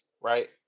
right